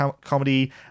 comedy